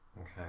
Okay